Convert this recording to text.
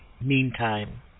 meantime